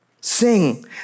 Sing